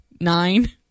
nine